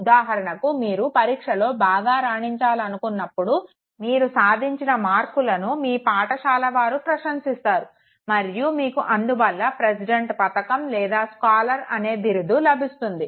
ఉదాహరణకు మీరు పరీక్షలో బాగా రాణించినప్పుడు మీరు సాధించిన మార్కులను మీ పాఠశాలవారు ప్రశంసిస్తారు మరియు మీకు అందువల్ల ప్రెసిడెంట్ పతకం లేదా స్కాలర్ అనే బిరుదు లభిస్తుంది